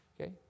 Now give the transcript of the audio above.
Okay